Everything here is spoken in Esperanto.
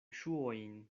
ŝuojn